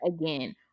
again